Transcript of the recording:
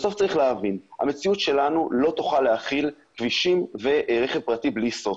בסוף צריך להבין שהמציאות שלנו לא תוכל להכיל כבישים ורכב פרטי בלי סוף.